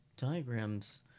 Diagrams